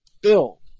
Bill